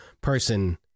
person